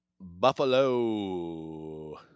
buffalo